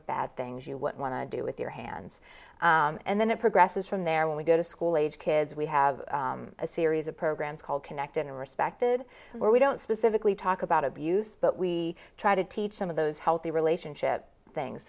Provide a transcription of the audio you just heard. bad things you would want to do with your hands and then it progresses from there when we go to school age kids we have a series of programs called connect and respected where we don't specifically talk about abuse but we try to teach some of those healthy relationship things